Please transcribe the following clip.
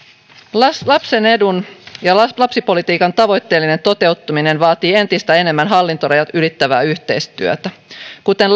lapsen edun ja lapsipolitiikan tavoitteellinen toteuttaminen vaatii entistä enemmän hallintorajat ylittävää yhteistyötä kuten